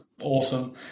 awesome